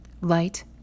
Light